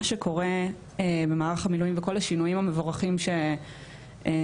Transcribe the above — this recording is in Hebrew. שקורה במהלך המילואים וכל השינויים המבורכים שייקרו,